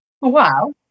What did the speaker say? Wow